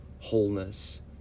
wholeness